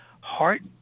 heart